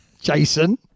Jason